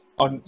on